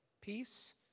peace